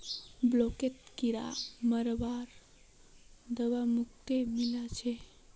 ब्लॉकत किरा मरवार दवा मुफ्तत मिल छेक